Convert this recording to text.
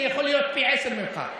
אני יכול להיות פי עשרה ממך.